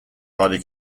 body